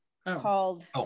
called